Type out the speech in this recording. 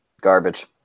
Garbage